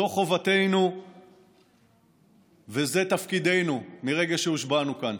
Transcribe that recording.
זו חובתנו וזה תפקידנו מרגע שהושבענו כאן.